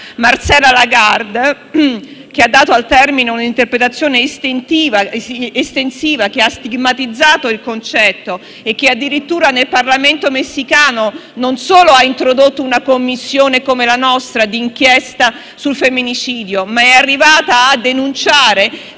Marcela Lagarde, che ha dato al termine un'interpretazione estensiva, che ha stigmatizzato il concetto e che, addirittura, nel Parlamento messicano non solo ha introdotto una Commissione, come la nostra, d'inchiesta sul femminicidio, ma è arrivata a denunciare